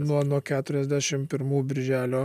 nuo nuo keturiasdešim pirmų birželio